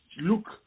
look